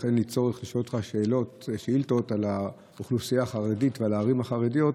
לשאול שאילתות על האוכלוסייה החרדית והערים החרדיות,